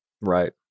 Right